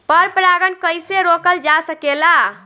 पर परागन कइसे रोकल जा सकेला?